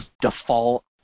default